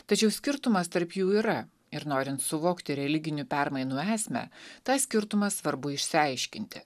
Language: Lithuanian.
tačiau skirtumas tarp jų yra ir norint suvokti religinių permainų esmę tą skirtumą svarbu išsiaiškinti